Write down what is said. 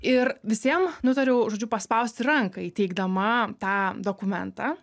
ir visiem nutariau žodžiu paspausti ranką įteikdama tą dokumentą